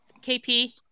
KP